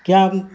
کیا